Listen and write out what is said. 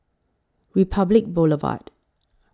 Republic Boulevard